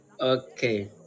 Okay